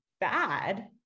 bad